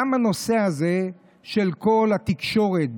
גם בנושא הזה של כל התקשורת,